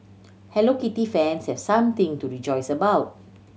Hello Kitty fans have something to rejoice about